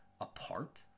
apart